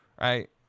Right